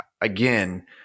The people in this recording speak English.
again